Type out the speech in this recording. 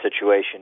situation